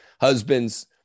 husbands